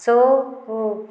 so